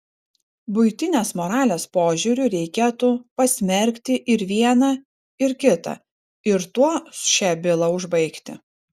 buitinės moralės požiūriu reikėtų pasmerkti ir vieną ir kitą ir tuo šią bylą užbaigti